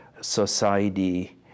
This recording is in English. society